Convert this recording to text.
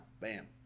Bam